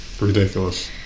Ridiculous